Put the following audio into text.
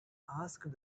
asked